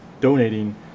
donating